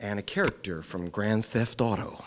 and a character from grand theft auto